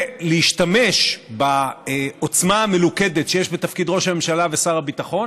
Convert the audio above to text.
ולהשתמש בעוצמה המלוכדת שיש בתפקיד ראש הממשלה ושר הביטחון